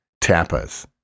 tapas